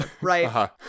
right